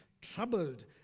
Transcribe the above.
troubled